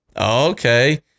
okay